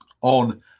on